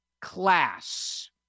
class